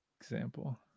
example